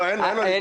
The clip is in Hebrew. לא, אין לו ליבה.